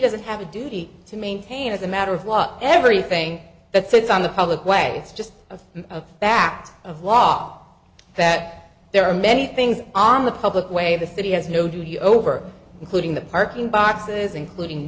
doesn't have a duty to maintain as a matter of law everything that sits on the public way it's just a fact of law that there are many things on the public way the city has no duty over including the park in boxes including